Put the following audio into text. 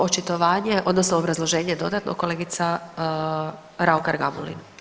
Očitovanje, odnosno obrazloženje dodatno, kolegica Raukar Gamulin.